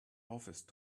office